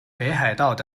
北海道